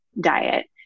diet